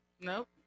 Nope